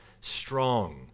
strong